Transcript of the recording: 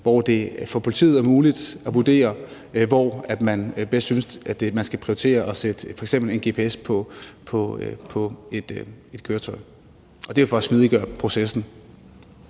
hvor det for politiet er muligt at vurdere, hvad man vurderer bedst at prioritere, f.eks. at sætte en gps på et køretøj. Og det er jo for at smidiggøre processen.